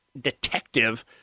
detective